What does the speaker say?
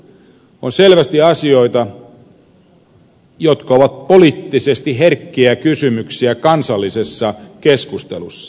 on selvästi asioita jotka ovat poliittisesti herkkiä kysymyksiä kansallisessa keskustelussa